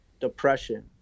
depression